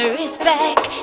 respect